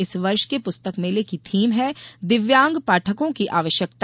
इस वर्ष के पुस्तक मेले की थीम है दिव्यांग पाठकों की आवश्यकता